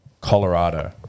Colorado